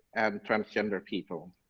and transgender people?